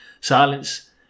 Silence